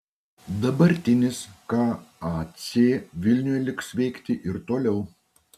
dabartinis kac vilniuje liks veikti ir toliau